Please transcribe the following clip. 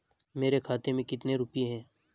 मेरे खाते में कितने रुपये हैं?